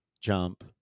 jump